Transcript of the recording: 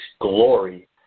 glory